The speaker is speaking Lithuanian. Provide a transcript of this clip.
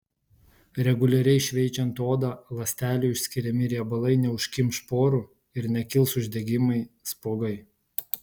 reguliariai šveičiant odą ląstelių išskiriami riebalai neužkimš porų ir nekils uždegimai spuogai